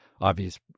obvious